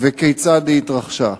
וכיצד היא התרחשה.